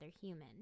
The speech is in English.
human